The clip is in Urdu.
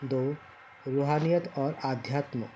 دو روحانیت اور آدھیااتمک